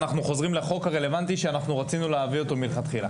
אחנו חוזרים לחוק הרלוונטי שרצינו להעביר אותו מלכתחילה.